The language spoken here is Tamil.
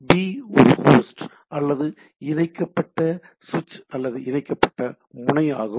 பி ஒரு ஹோஸ்ட் அல்லது இணைக்கப்பட்ட சுவிட்ச் அல்லது இணைக்கப்பட்ட முனை ஆகும்